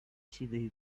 she